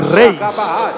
raised